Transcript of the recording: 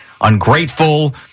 ungrateful